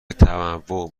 تنوع